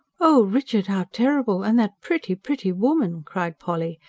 oh, richard, how terrible! and that pretty, pretty woman! cried polly,